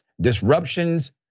disruptions